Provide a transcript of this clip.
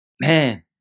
Man